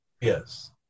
yes